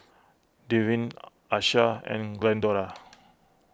Devyn Achsah and Glendora